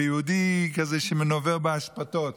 ויהודי כזה שנובר באשפתות